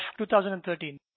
2013